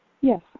Yes